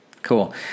Cool